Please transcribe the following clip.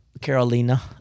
Carolina